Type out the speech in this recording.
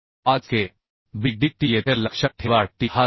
5 K b d T येथे लक्षात ठेवा T हा 7